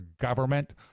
government